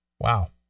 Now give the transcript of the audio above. Wow